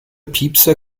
piepser